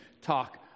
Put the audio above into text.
talk